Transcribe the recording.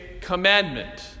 commandment